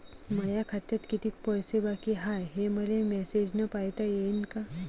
माया खात्यात कितीक पैसे बाकी हाय, हे मले मॅसेजन पायता येईन का?